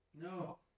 No